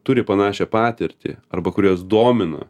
turi panašią patirtį arba kuriuos domina